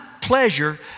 pleasure